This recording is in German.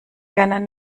gerne